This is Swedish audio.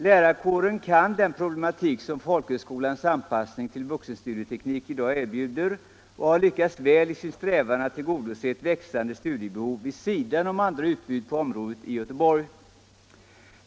Lärarkåren kan den problematik som folkhögskolans anpassning till vuxenstudieteknik i dag erbjuder och har lyckats väl i sin strävan att tillgodose ett växande studiebehov vid sidan om andra utbud på området i Göteborg.